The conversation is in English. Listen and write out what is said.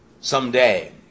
someday